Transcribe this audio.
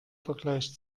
vergleich